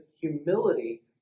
humility